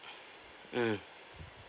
mm